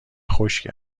خشک